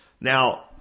Now